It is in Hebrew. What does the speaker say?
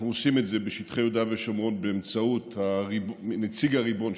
אנחנו עושים את זה בשטחי יהודה ושומרון באמצעות נציג הריבון,